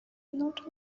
not